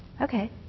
Okay